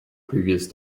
previous